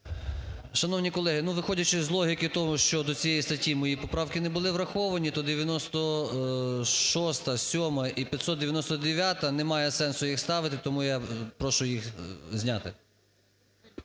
Шановні колеги! Виходячи з логіки того, що до цієї статті мої поправки не були враховані, то 96-а, 7-а і 599-а немає сенсу їх ставити, тому я прошу їх зняти.